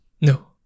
No